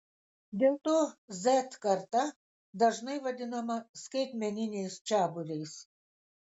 dėl to z karta dažnai vadinama skaitmeniniais čiabuviais